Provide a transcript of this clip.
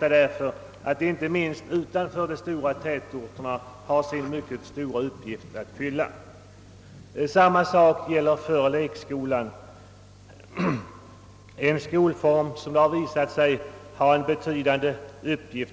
eftersom dessa inte minst utanför de stora tätorterna har sin stora uppgift att fylla. Detsamma gäller föroch lekskolan, en skolform som också visat sig ha en betydande uppgift.